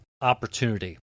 opportunity